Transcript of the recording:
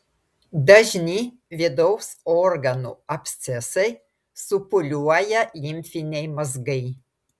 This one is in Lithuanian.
dažni vidaus organų abscesai supūliuoja limfiniai mazgai